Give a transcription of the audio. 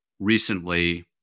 recently